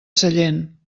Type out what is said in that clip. sellent